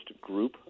group